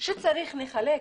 כשצריך נחלק.